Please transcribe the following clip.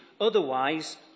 otherwise